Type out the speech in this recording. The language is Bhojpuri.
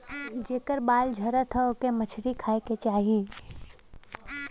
जेकर बाल झरत हौ ओके मछरी खाए के चाही